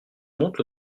monte